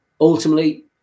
ultimately